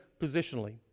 positionally